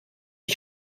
ich